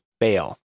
bail